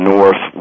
North